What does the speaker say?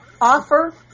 offer